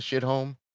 home